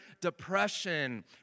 depression